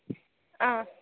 ஆ